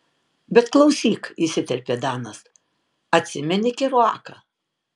bet klausyk įsiterpė danas atsimeni keruaką